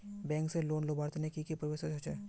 Bank से loan लुबार तने की की प्रोसेस होचे?